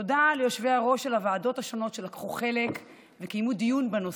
תודה ליושבים בראש של הוועדות השונות שלקחו חלק וקיימו דיון בנושא.